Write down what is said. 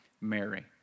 Mary